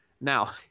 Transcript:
Now